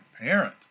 parent